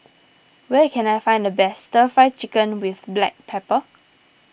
where can I find the best Stir Fry Chicken with Black Pepper